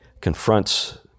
confronts